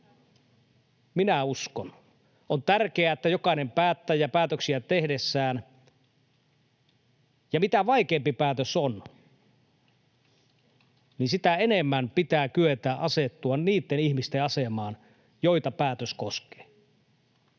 Minä uskon. On tärkeää, että jokainen päättäjä päätöksiä tehdessään asettuu, ja mitä vaikeampi päätös on, sitä enemmän pitää kyetä asettumaan niitten ihmisten asemaan, joita päätös koskee.